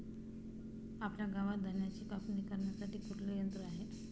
आपल्या गावात धन्याची कापणी करण्यासाठी कुठले यंत्र आहे?